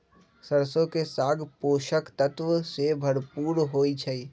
सरसों के साग पोषक तत्वों से भरपूर होई छई